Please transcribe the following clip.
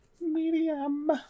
Medium